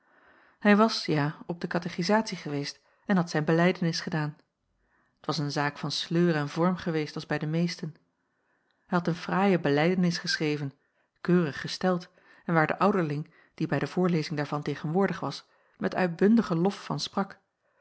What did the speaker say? hij was ja op de kathechisatie geweest en had zijn belijdenis gedaan t was een zaak van sleur en vorm geweest als bij de meesten hij had een fraaie belijdenis geschreven keurig gesteld en waar de ouderling die bij de voorlezing daarvan tegenwoordig was met uitbundigen lof van sprak